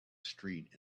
street